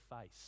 face